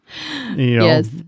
Yes